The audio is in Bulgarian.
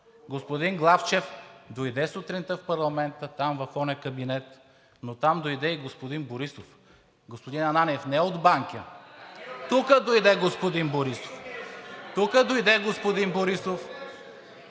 Господин Главчев дойде сутринта в парламента, там, в оня кабинет, но там дойде и господин Борисов. Господин Ананиев, не от Банкя, тук дойде господин Борисов. (Шум и реплики от